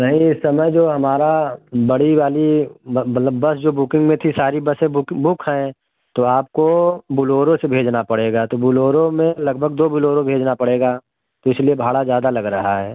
नहीं इस समय जो हमारी बड़ी वाली मतलब बस जो बुकिन्ग में थी सारी बसें बुक हैं तो आपको बोलेरो से भेजना पड़ेगा तो बोलेरो में लगभग दो बोलेरो भेजना पड़ेगा तो इसलिए भाड़ा ज़्यादा लग रहा है